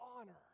honor